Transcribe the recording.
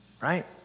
Right